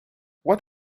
what